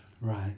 Right